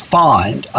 find